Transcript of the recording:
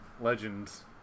Legends